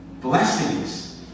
blessings